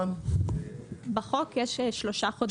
בחוק יש שלושה חודשים.